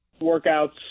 workouts